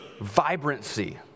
vibrancy